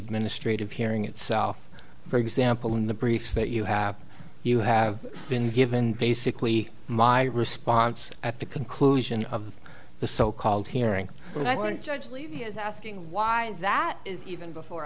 administrative hearing itself for example in the briefs that you have you have been given basically my response at the conclusion of the so called hearing when i want judge levy is asking why that is even before